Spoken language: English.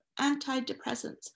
antidepressants